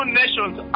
nations